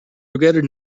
regretted